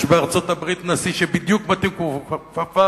יש בארצות-הברית נשיא שבדיוק מתאים כמו כפפה